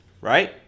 right